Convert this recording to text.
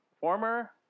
Former